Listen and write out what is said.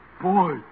boy